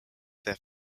their